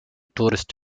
tourist